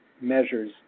measures